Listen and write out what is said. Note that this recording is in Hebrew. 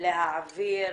להעביר